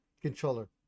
controller